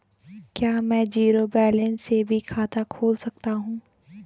क्या में zero balance से भी खाता खोल सकता हूँ?